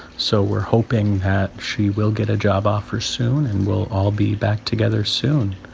so we're hoping that she will get a job offer soon, and we'll all be back together soon